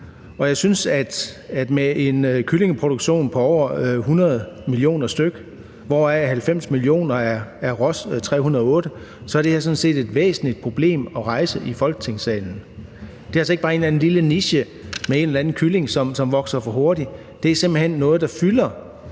Jeg synes, at med en kyllingeproduktion på over 100 millioner stykker, hvoraf 90 millioner er Ross 308, så er det her sådan set et ret væsentligt problem at rejse i Folketingssalen. Det er altså ikke bare en eller anden lille niche med en eller anden kylling, som vokser for hurtigt. Det her er simpelt hen noget, der fylder